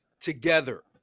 together